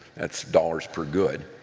that's dollars per good,